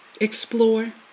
explore